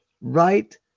Right